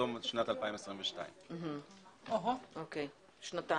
תום שנת 2022. בפעם הקודמת זה לא היה ליותר זמן?